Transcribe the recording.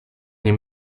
nie